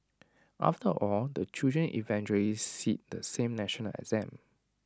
after all the children eventually sit the same national exam